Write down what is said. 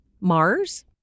Mars